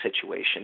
situation